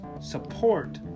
support